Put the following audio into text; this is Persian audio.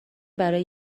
برای